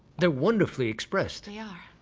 they're wonderfully expressed. ah